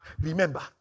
Remember